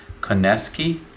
Koneski